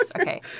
Okay